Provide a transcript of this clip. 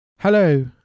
Hello